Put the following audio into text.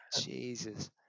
Jesus